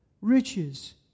riches